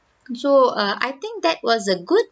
so err I think that was a good